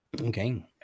Okay